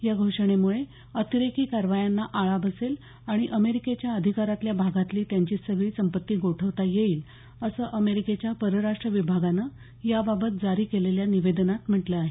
या घोषणेमुळे अतिरेकी कारवायांना आळा बसेल आणि अमेरिकेच्या अधिकारातल्या भागातली त्याची सगळी संपत्ती गोठवता येईल असं अमेरिकेच्या परराष्ट्र विभागानं याबाबत जारी केलेल्या निवेदनात म्हटलं आहे